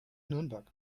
nürnberg